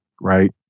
Right